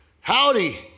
howdy